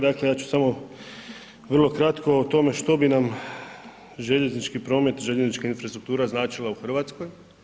Dakle, ja ću samo vrlo kratko o tome što bi nam željeznički promet, željeznička infrastruktura značila u Hrvatskoj.